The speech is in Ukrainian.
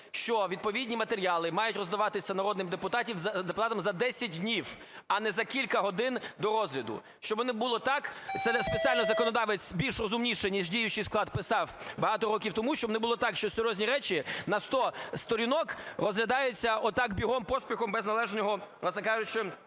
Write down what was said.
що відповідні матеріали мають роздаватися народним депутатам за 10 днів, а не за кілька годин до розгляду. Щоби не було так, це спеціально законодавець більш розумніший, ніж діючий склад, писав багато років тому, щоб не було так, що серйозні речі на 100 сторінок розглядаються отак бігом, поспіхом, без належного, власне кажучи,